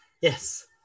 yes